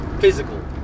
physical